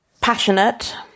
Passionate